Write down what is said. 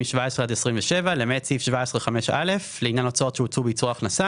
17 עד 27 למעט סעיף 17(5א) לעניין הוצאות שהוצאו בייצור ההכנסה